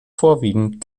vorwiegend